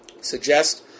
Suggest